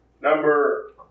number